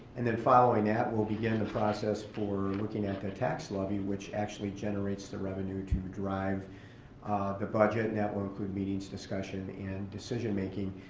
and then following that we'll begin the process for looking at the tax levy, which actually generates the revenue to drive the budget and that will include meetings, discussion, and decision-making.